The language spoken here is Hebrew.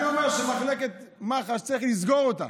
אני אומר שמחלקת מח"ש, צריך לסגור אותה.